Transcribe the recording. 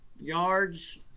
yards